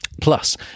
Plus